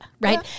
right